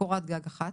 קורת גג אחת,